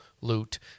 loot